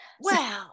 Wow